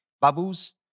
Bubbles